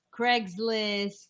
Craigslist